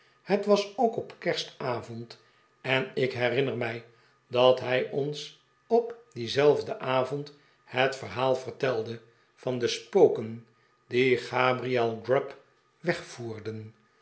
het was ook op kerstavond en ik herinner mij dat hij ons op dienzelfden avond het verhaal vertelde van de spoken die gabriel grub wegvoerden